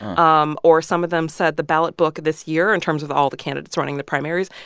um or some of them said the ballot book this year, in terms of all the candidates running the primaries,